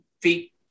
feet